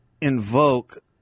invoke